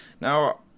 Now